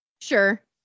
Sure